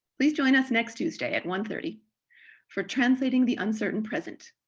please join us next tuesday at one thirty for translating the uncertain present,